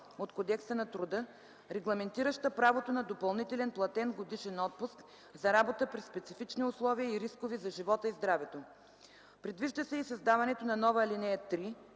от Кодекса на труда, регламентираща правото на допълнителен платен годишен отпуск за работа при специфични условия и рискове за живота и здравето. Предвижда се и създаването на нова ал. 3